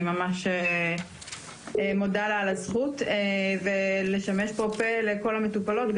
אני ממש מודה לך על הזכות לשמש פה לכל המטופלות.